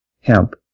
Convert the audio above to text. hemp